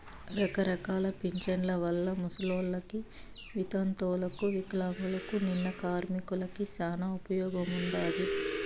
రకరకాల పింఛన్ల వల్ల ముసలోళ్ళకి, వితంతువులకు వికలాంగులకు, నిన్న కార్మికులకి శానా ఉపయోగముండాది